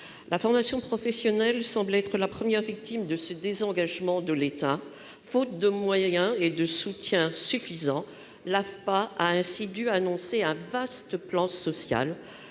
La formation professionnelle semble être la première victime de ce désengagement de l'État. Faute de moyens et de soutien suffisants, l'AFPA- l'Association nationale